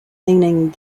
meaning